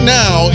now